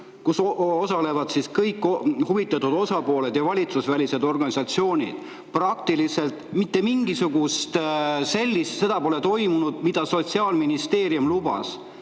kus osalevad kõik huvitatud osapooled ja valitsusvälised organisatsioonid. Praktiliselt mitte midagi sellist pole toimunud, mida Sotsiaalministeerium lubas. Ei